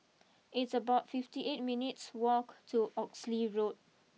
it's about fifty eight minutes walk to Oxley Road